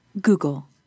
Google